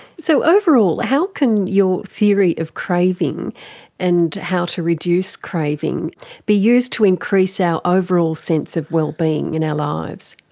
so overall, how can your theory of craving and how to reduce craving be used to increase our overall sense of well-being in our lives?